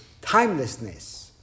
timelessness